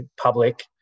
public